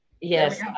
Yes